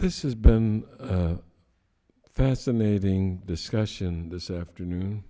this is been a fascinating discussion this afternoon